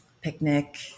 picnic